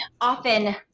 often